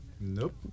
Nope